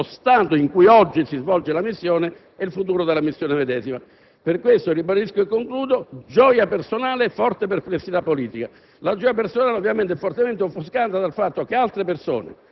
Qual è il grado di coinvolgimento italiano nell'azione del Governo afghano? Questo attiene alla natura della nostra presenza in Afghanistan. Ecco perché dico al collega Tonini che non vi è una sola generica continuità